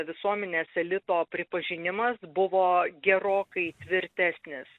visuomenės elito pripažinimas buvo gerokai tvirtesnis